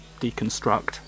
deconstruct